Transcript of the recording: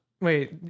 Wait